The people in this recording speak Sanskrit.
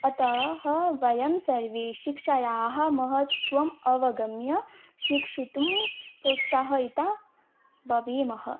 अतः वयं सर्वे शिक्षायाः महत्त्वम् अवगम्य शिक्षितुं प्रोत्साहयितारः भवेम